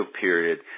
period